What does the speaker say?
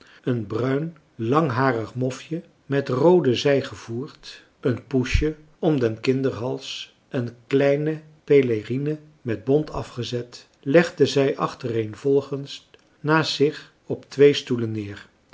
een bruin langharig mofje met roode zij gevoerd een poesje om den kinderhals een kleine pélérine marcellus emants een drietal novellen met bont afgezet legde zij achtereenvolgens naast zich op twee stoelen neer